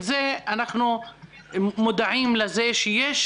אנחנו מודעים לכך שיש,